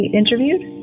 interviewed